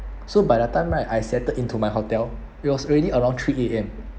so by the time right I settled into my hotel it was already around three A_M